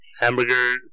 hamburger